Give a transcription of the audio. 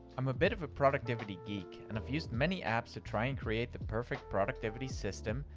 i'm a bit of a productivity geek, and i've used many apps to try and create the perfect productivity system,